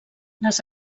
les